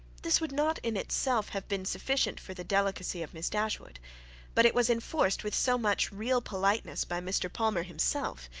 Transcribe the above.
this would not, in itself, have been sufficient for the delicacy of miss dashwood but it was inforced with so much real politeness by mr. palmer himself,